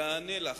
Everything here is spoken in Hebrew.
ואענה לך,